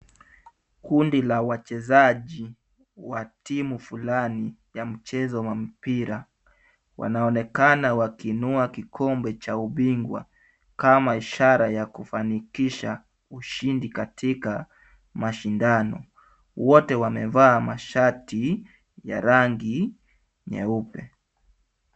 Kundi la wachezaji wa timu fulani ya mchezo wa mpira, wanaonekana wakiinua kikombe cha ubingwa kama ishara ya kufanikisha ushindi katika mashindano. Wote wamevaa mashati ya rangi nyeupe.